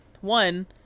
One